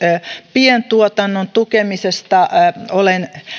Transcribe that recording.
pientuotannon tukemisesta olen